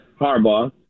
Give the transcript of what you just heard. Harbaugh